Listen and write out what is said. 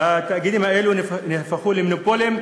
והתאגידים האלה נהפכו למונופולים,